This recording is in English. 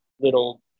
little